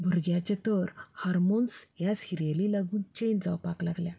भुरग्याचे तर होर्मोन्स ह्या सिरियलींक लागून चॅंज जावपाक लागल्यात